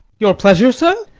your pleasure, sir?